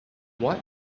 what